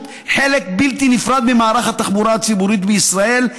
חלק בלתי נפרד ממערך התחבורה הציבורית בישראל,